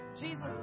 Jesus